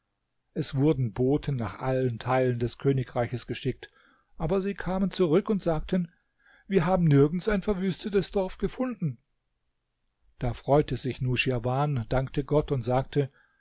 es wurden boten nach allen teilen des königreiches geschickt aber sie kamen zurück und sagten wir haben nirgends ein verwüstetes dorf gefunden da freute sich nuschirwan dankte gott und sagte